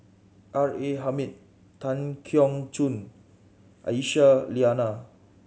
R A Hamid Tan Keong Choon Aisyah Lyana